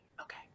Okay